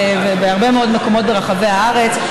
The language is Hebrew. בהרבה מאוד מקומות ברחבי הארץ.